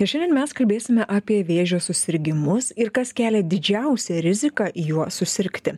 ir šiandien mes kalbėsime apie vėžio susirgimus ir kas kelia didžiausią riziką juo susirgti